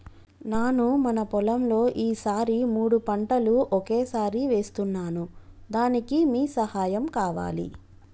నాను మన పొలంలో ఈ సారి మూడు పంటలు ఒకేసారి వేస్తున్నాను దానికి మీ సహాయం కావాలి